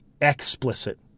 explicit